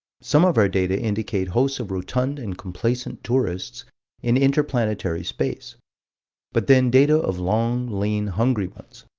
some of our data indicate hosts of rotund and complacent tourists in inter-planetary space but then data of long, lean, hungry ones.